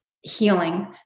healing